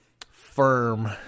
firm